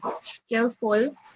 skillful